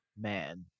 Man